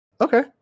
Okay